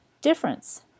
difference